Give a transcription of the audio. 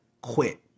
quit